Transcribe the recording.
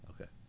Okay